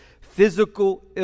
physical